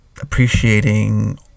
appreciating